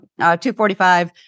245